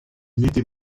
n’était